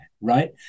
right